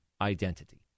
identity